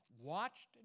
watched